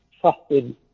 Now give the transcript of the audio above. trusted